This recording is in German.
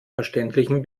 verständlichen